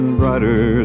brighter